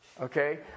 Okay